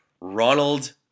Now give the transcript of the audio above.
Ronald